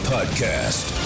Podcast